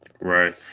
Right